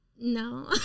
No